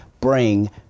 bring